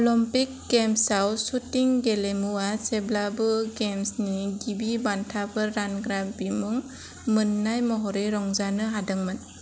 Olympic गेम्सयाव shooting गेलेमुवा जेब्लाबो गेम्सनि गिबि बान्थाफोर रानग्रा बिमुं मोन्नाय महरै रंजानो हादोंमोन